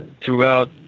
throughout